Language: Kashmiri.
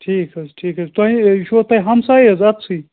ٹھیٖک حظ ٹھیٖک حظ تۄہہِ یہِ چھُوا تۄہہِ ہمسایہِ حظ أتۍسٕے